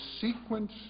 sequence